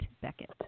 Beckett